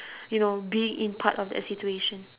you know being in part of that situation